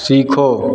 सीखो